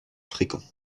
fréquents